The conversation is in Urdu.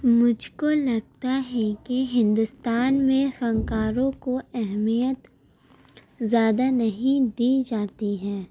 مجھ کو لگتا ہے کہ ہندوستان میں فنکاروں کو اہمیت زیاہ نہیں دی جاتی ہے